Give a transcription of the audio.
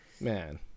Man